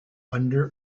under